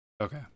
Okay